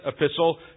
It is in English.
epistle